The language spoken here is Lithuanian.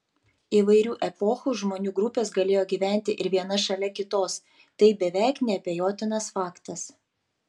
įvairių epochų žmonių grupės galėjo gyventi ir viena šalia kitos tai beveik neabejotinas faktas